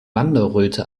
wanderröte